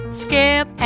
skip